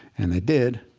and they did.